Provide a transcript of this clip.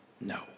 No